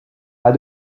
pas